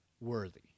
worthy